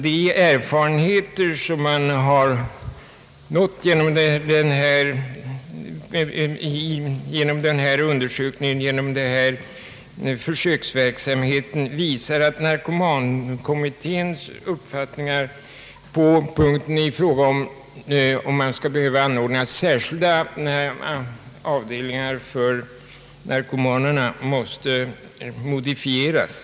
De erfarenheter som man har fått genom denna undersökning, och försöksverksamheten visar att narkomankommitténs uppfattningar huruvida det behövs särskilda avdelningar för narkomaner måste modifieras.